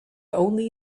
only